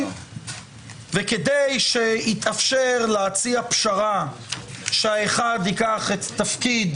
וכדי שיתאפשר להציע פשרה לפיה האחד יכהן בתפקיד